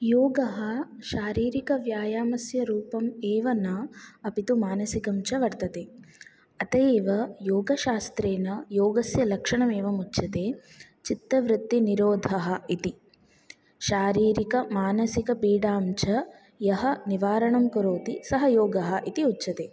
योगः शारीरिकव्यायामस्य रूपम् एव न अपि तु मानसिकञ्च वर्तते अत एव योगशास्त्रेन योगस्य लक्षणम् एव उच्यते चित्तवृत्तिनिरोधः इति शारीरिकमानसिकपीडाञ्च यः निवारणं करोति सः योगः इति उच्यते